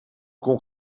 kon